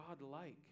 godlike